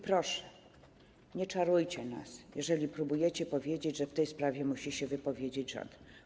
Proszę, nie czarujcie nas, nie próbujecie powiedzieć, że w tej sprawie musi się wypowiedzieć rząd.